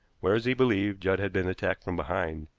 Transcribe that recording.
whereas, he believed, judd had been attacked from behind.